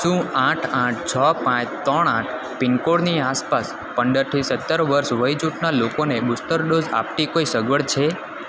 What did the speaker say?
શું આઠ આઠ છ પાંચ ત્રણ આઠ પિનકોડની આસપાસ પંદરથી સત્તર વર્ષ વયજૂથના લોકોને બુસ્ટર ડોઝ આપતી કોઈ સગવડ છે